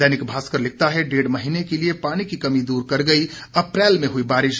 दैनिक भास्कर लिखता है डेढ़ महीने के लिए पानी की कमी दूर कर गई अप्रैल में हुई बारिश